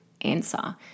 answer